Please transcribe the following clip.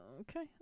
okay